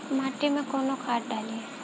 माटी में कोउन खाद डाली?